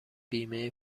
بیمه